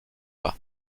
pas